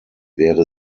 wäre